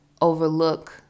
overlook